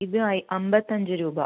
ഇത് അമ്പത്തി അഞ്ച് രൂപ